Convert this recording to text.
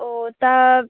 ও তা